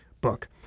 book